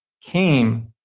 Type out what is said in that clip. came